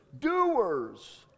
Doers